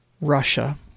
Russia